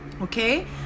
Okay